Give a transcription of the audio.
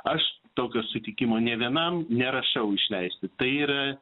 aš tokio sutikimo nė vienam nerašau išleisti tai yra